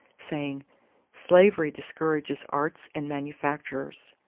saying slavery discourages arts and manufactures.